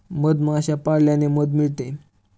मधमाश्या पाळल्याने मध मिळते